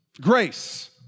grace